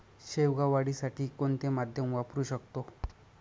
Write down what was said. शेवगा वाढीसाठी कोणते माध्यम वापरु शकतो?